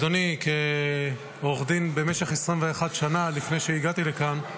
אדוני, כעורך דין במשך 21 שנה, לפני שהגעתי לכאן,